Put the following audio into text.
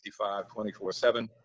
24-7